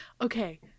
Okay